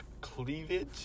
cleavage